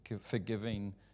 forgiving